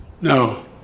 No